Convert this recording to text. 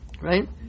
right